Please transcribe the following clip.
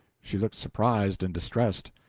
she looked surprised and distressed.